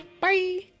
Bye